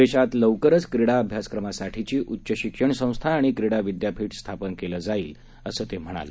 देशात लवकरच क्रीडा अभ्यासक्रमासाठीची उच्च शिक्षण संस्था आणि क्रीडा विद्यापीठ स्थापन केलं जाईल असं ते म्हणाले